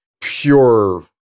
pure